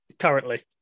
Currently